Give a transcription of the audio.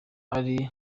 bari